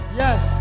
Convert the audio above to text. yes